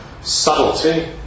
subtlety